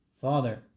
father